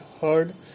heard